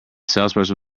salesman